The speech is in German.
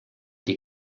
die